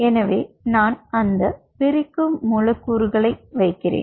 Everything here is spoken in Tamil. எனவே நான் அந்த பிரிக்கும் மூலக்கூறுகளை வைக்கிறேன்